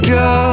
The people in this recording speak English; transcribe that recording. go